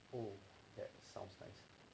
um well sounds nice